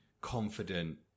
confident